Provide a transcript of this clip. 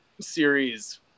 series